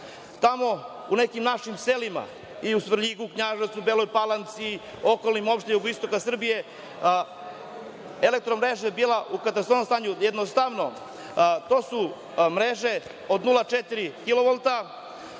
Tamo u nekim našim selima i u Svrljigu, Knjaževcu, Beloj Palanci i okolnim opštinama jugoistoka Srbije, „Elektromreža“ je bila u katastrofalnom stanju. Jednostavno, to su mreže od 0,4